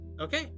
Okay